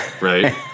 right